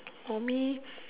for me